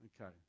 Okay